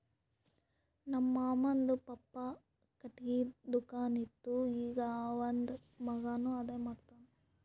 ನಮ್ ಮಾಮಾದು ಪಪ್ಪಾ ಖಟ್ಗಿದು ದುಕಾನ್ ಇತ್ತು ಈಗ್ ಅವಂದ್ ಮಗಾನು ಅದೇ ಮಾಡ್ತಾನ್